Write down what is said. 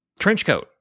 Trenchcoat